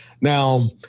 Now